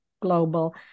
global